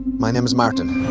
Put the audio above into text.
my name is martin.